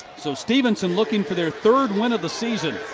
so stephenson looking for their third win of the season.